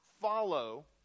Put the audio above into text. follow